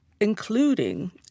including